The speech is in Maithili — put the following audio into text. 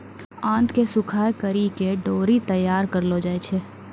आंत के सुखाय करि के डोरी तैयार करलो जाय छै